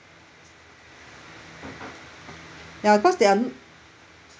ya cause they are